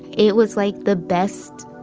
it was like the best